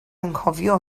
anghofio